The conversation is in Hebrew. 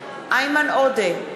איימן עודה,